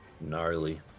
Gnarly